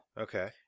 Okay